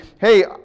hey